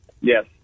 Yes